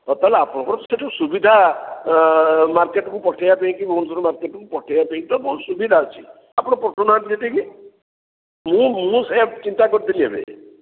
ବର୍ତ୍ତମାନ ଆପଣଙ୍କର ସେଇଠୁ ସୁବିଧା ମାର୍କେଟ୍କୁ ପଠାଇବା ପାଇଁକି ଭୁବନେଶ୍ଵର ମାର୍କେଟ୍କୁ ପଠାଇବା ପାଇଁକି ଆପଣଙ୍କର ସୁବିଧା ଅଛି ଆପଣ ପଠାଉନାହାନ୍ତି ସେଠିକି ମୁଁ ମୁଁ ସେଇଆ ଚିନ୍ତା କରିଥିଲି ଏବେ